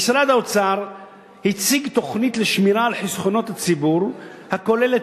"משרד האוצר הציג תוכנית לשמירה על חסכונות הציבור הכוללת